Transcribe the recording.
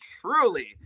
truly